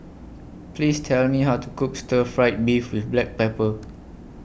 Please Tell Me How to Cook Stir Fried Beef with Black Pepper